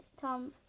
Tom